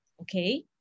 okay